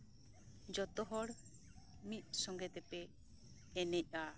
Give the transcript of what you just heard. ᱡᱚᱛᱚ ᱦᱚᱲ ᱢᱤᱫ ᱥᱚᱸᱜᱮ ᱛᱮᱯᱮ ᱮᱱᱮᱡᱼᱟ